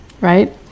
right